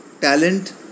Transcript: talent